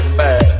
bad